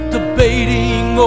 Debating